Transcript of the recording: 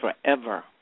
forever